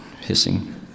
hissing